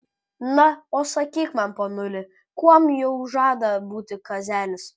na o sakyk man ponuli kuom jau žada būti kazelis